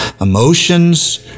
emotions